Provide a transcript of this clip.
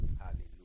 Hallelujah